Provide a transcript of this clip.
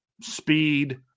speed